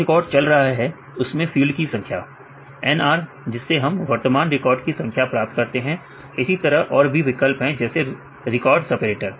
जो रिकॉर्ड चल रहा है उसमें फील्ड की संख्या NR जिससे हम वर्तमान रिकॉर्ड की संख्या प्राप्त करते हैं इसी तरह और भी विकल्प हैं जैसे रिकॉर्ड सेपरेटर